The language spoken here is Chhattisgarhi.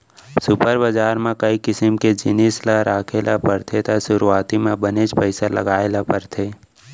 सुपर बजार म कई किसम के जिनिस ल राखे ल परथे त सुरूवाती म बनेच पइसा लगाय ल परथे